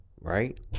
right